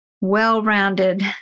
well-rounded